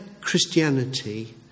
Christianity